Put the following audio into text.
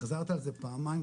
חזרת על זה פעמיים,